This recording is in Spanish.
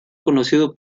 conocido